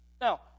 Now